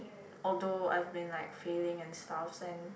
although I've been like failing and stuff and